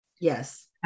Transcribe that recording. Yes